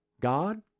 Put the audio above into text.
God